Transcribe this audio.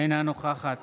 אינה נוכחת